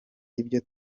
ibyo